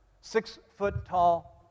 Six-foot-tall